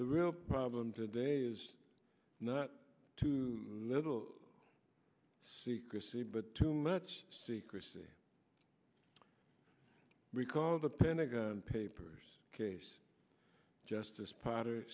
the real problem today is not too little secrecy but too much secrecy recalled the pentagon papers case justice potter